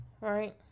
right